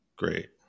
Great